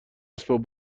اسباب